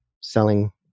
selling